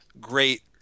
great